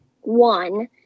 one –